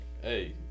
Hey